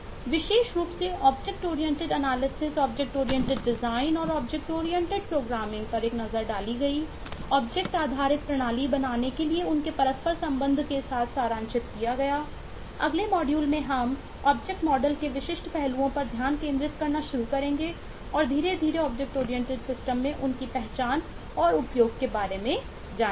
विशेष रूप से object oriented analysis में उनकी पहचान और उपयोग के बारे में जानेंगे